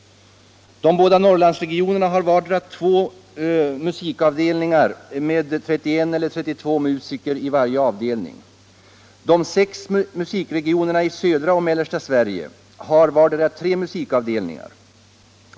De båda Norrlandsregionerna har vardera två musikavdelningar med 31 eller 32 musiker i varje avdelning. De sex musikregionerna i södra och mellersta Sverige har vardera tre musikavdelningar.